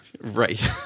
Right